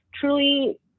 truly